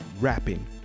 rapping